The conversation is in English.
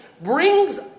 brings